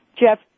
Jeff